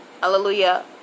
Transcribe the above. Hallelujah